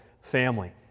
family